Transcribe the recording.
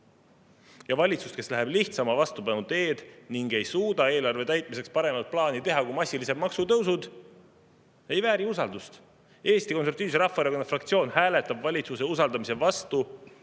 Valitsus, kes läheb lihtsama vastupanu teed ning ei suuda eelarve täitmiseks teha paremat plaani kui massilised maksutõusud, ei vääri usaldust. Eesti Konservatiivse Rahvaerakonna fraktsioon hääletab valitsuse usaldamise vastu.